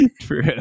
True